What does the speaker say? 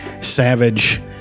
Savage